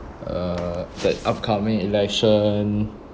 uh that upcoming election